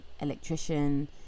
electrician